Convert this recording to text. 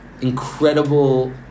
incredible